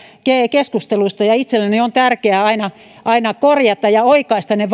keskustelusta itselleni on aina tärkeää korjata ja oikaista